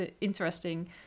interesting